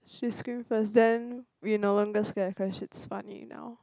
she screams first then we'll no longer scare cause she is funny enough